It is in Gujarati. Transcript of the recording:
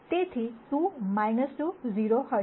તેથી 2 2 0 હશે